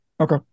Okay